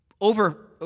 over